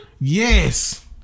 Yes